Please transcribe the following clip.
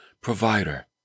provider